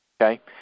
okay